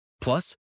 Plus